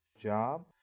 job